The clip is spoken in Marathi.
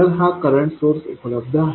तर हा करंट सोर्स उपलब्ध आहे